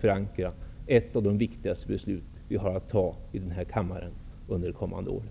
förankra ett av de viktigaste beslut som vi har att fatta i den här kammaren under det kommande året.